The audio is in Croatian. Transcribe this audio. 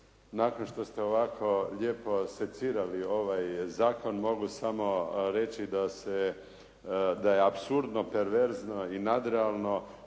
Nakon što ste ovako lijepo secirali ovaj zakon, mogu samo reći da je apsurdno perverzno i nadrealno